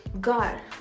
god